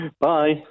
Bye